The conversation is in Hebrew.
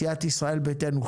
מסיעת ישראל ביתנו,